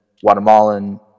Guatemalan